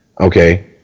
okay